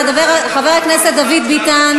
תודה רבה לחבר הכנסת דוד ביטן.